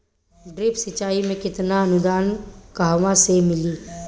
Drip सिंचाई मे केतना अनुदान कहवा से मिली?